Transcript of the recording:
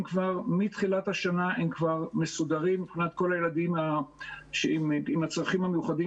הם כבר מתחילת השנה מסודרים מבחינת כל הילדים עם הצרכים המיוחדים